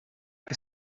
que